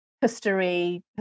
history